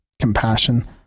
Compassion